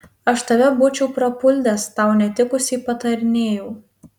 aš tave būčiau prapuldęs tau netikusiai patarinėjau